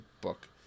book